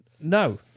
no